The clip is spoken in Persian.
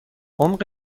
عمق